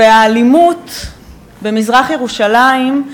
והאלימות במזרח-ירושלים,